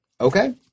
Okay